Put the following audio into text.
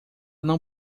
não